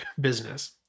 business